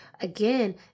again